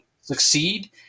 succeed